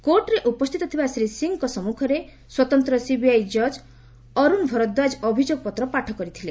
କୋର୍ଟରେ ଉପସ୍ଥିତ ଥିବା ଶ୍ରୀ ସିଂଙ୍କ ସମ୍ମୁଖରେ ସ୍ୱତନ୍ତ୍ର ସିବିଆଇ ଜଜ୍ ଅରୁଣ ଭରଦ୍ୱାଜ ଅଭିଯୋଗ ପତ୍ର ପାଠ କରିଥିଲେ